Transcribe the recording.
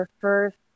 first